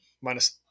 minus